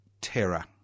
terror